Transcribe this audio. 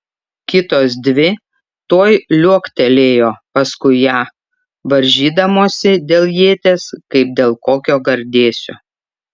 kitos dvi tuoj liuoktelėjo paskui ją varžydamosi dėl ieties kaip dėl kokio gardėsio